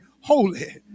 holy